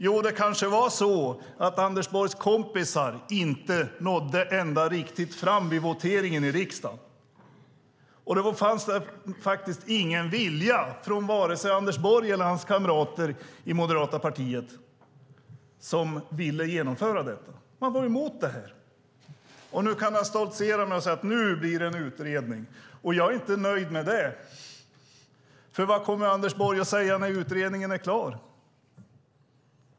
Det är kanske så att Anders Borgs kompisar inte nådde ända riktigt fram i voteringen i riksdagen. Då fanns det ingen vilja från vare sig Anders Borg eller hans kamrater i moderata partiet att genomföra detta. De var emot. Nu kan han stoltsera med att det blir en utredning. Jag är inte nöjd med det. Vad kommer Anders Borg att säga när utredningen är klar?